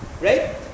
right